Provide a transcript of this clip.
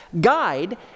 guide